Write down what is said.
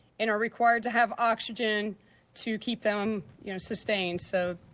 and required to have oxygen to keep them you know sustained. so,